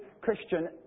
Christian